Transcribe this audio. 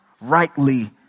rightly